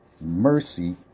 mercy